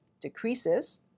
decreases